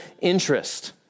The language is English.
interest